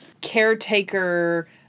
caretaker